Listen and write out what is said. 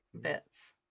bits